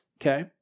okay